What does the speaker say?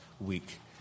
week